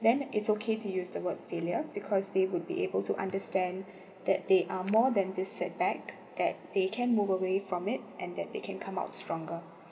then it's okay to use the word failure because they would be able to understand that they are more than this setback that they can move away from it and that they can come out stronger